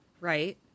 Right